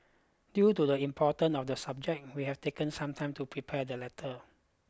due to the importance of the subject we have taken some time to prepare the letter